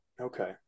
okay